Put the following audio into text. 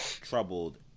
troubled